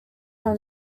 from